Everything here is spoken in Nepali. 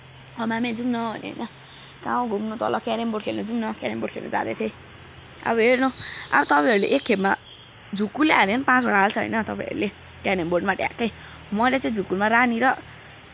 ओ मामे जाउँ न भने होइन कहाँ हो घुम्नु तल क्यारम बोर्ड खेल्न जुम न क्यारम बोर्ड खेल्न जाँदै थिएँ अब हेर्नु अब तपाईँहरूले एक खेपमा झुक्कुलले हाल्यो भनेम पाँचवटा त हाल्छ होइन तपाईँहरूले क्यारम बोर्डमा ढ्याक्कै मैले चाहिँ झुक्कुलमा रानी र